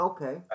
Okay